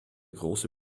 große